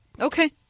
Okay